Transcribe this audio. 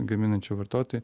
gaminančių vartotojų